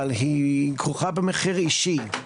אבל היא כרוכה במחיר אישי,